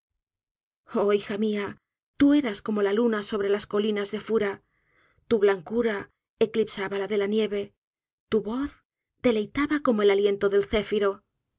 hija mia tú eras como la luna sobre las colinas de fura tu blancura eclipsaba la de la nieve tu voz deleitaba como el aliento del céfiro